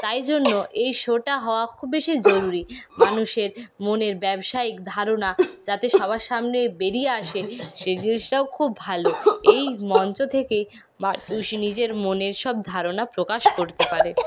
তাই জন্য এই শোটা হওয়া খুব বেশি জরুরি মানুষের মনের ব্যবসায়িক ধারণা যাতে সবার সামনে বেরিয়ে আসে সেই জিনিসটাও খুব ভালো এই মঞ্চ থেকেই নিজের মনের সব ধারণা প্রকাশ করতে পারে